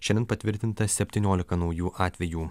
šiandien patvirtinta septyniolika naujų atvejų